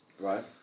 Right